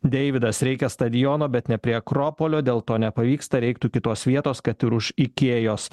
deividas reikia stadiono bet ne prie akropolio dėl to nepavyksta reiktų kitos vietos kad ir už ikėjos